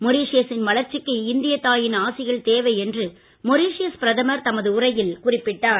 மொரிஷியசின் வளர்ச்சிக்கு இந்திய தாயின் ஆசிகள் தேவை என்று மொரிஷியஸ் பிரதமர் தமது உரையில் குறிப்பிட்டார்